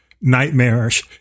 nightmarish